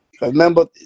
Remember